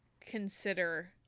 consider